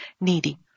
needy